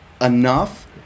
enough